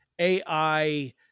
AI